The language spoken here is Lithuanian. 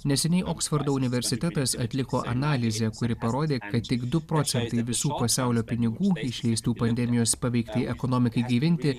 neseniai oksfordo universitetas atliko analizę kuri parodė kad tik du procentai visų pasaulio pinigų išleistų pandemijos paveiktai ekonomikai gaivinti